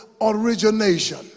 origination